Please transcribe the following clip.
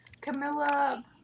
Camilla